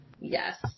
Yes